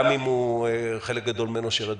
גם אם חלק גדול ממנו שירת בצבא.